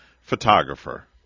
photographer